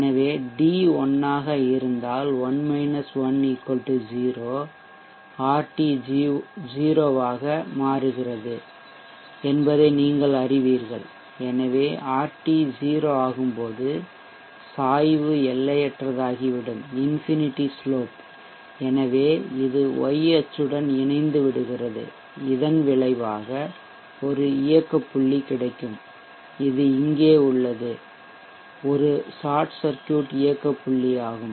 எனவே d 1 ஆக இருந்தால் 1 1 0 RT 0 ஆகிறது என்பதை நீங்கள் அறிவீர்கள் எனவே RT 0 ஆகும்போது சாய்வு எல்லையற்றதாகிவிடும் இன்ஃபினிடி எனவே இது y அச்சுடன் இணைந்துவிடுகிறது இதன் விளைவாக ஒரு இயக்க புள்ளி கிடைக்கும் இது இங்கே உள்ளது ஒரு ஷார்ட் சர்க்யூட் இயக்க புள்ளியாகும்